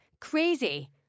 crazy